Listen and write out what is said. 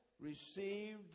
received